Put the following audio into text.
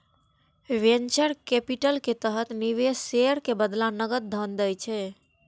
venture capital के तहत निवेशक शेयर के बदला नकद धन दै छै